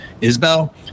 Isbel